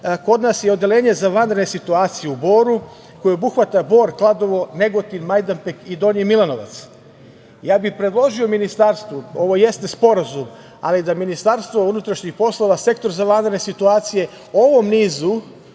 kod nas je Odeljenje za vanredne situacije u Boru, koji obuhvata Bor, Kladovo, Negotin, Majdanpek i Donji Milanovac. Ja bih predložio Ministarstvu, ovo jeste Sporazum, ali da MUP, Sektor za vanredne situacije, ovom nizu